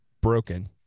broken